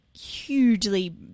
hugely